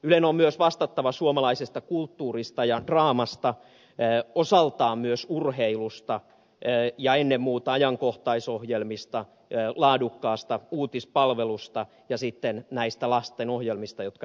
ylen on myös vastattava suomalaisesta kulttuurista ja draamasta osaltaan myös urheilusta ja ennen muuta ajankohtaisohjelmista laadukkaasta uutispalvelusta ja sitten näistä lastenohjelmista jotka ed